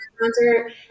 concert